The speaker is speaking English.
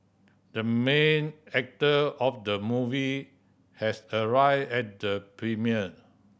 the main actor of the movie has arrived at the premiere